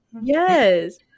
Yes